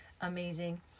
amazing